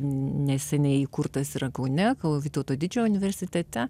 neseniai įkurtas yra kaune kauno vytauto didžiojo universitete